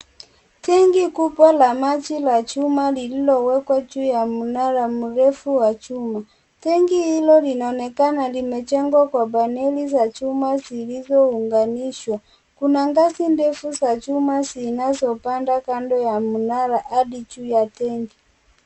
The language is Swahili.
Tanki kubwa la maji la chuma likilowekwa juu ya mnara mrefu wa chuma. Tanki hilo linaonekana limejengwa kwa paneli refu za chuma zilizounganishwa. Kuna ngazi ndefu za chuma zinazopanda kando ya mnara hadi juu ya tanki.